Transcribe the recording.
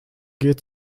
geht